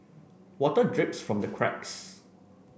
water drips from the cracks